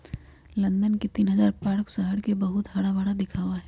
London के तीन हजार पार्क शहर के बहुत हराभरा दिखावा ही